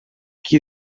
qui